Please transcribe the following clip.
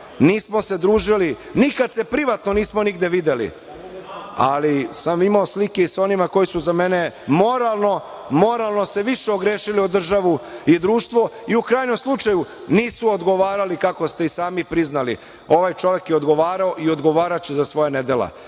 nismo se družili, nikad se privatno nismo nigde videli, ali sam imao slike i sa onima koji su za mene moralno se više ogrešili o državu i društvo i, u krajnjem slučaju, nisu odgovarali, kako ste i sami priznali. Ovaj čovek je odgovarao i odgovaraće za svoja nedela.